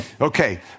Okay